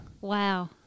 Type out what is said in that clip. Wow